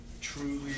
truly